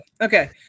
Okay